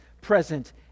present